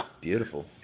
Beautiful